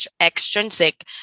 extrinsic